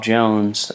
Jones